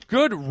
Good